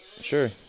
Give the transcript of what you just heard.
Sure